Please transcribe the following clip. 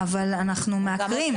אבל אנחנו מעקרים.